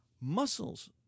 muscles